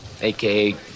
aka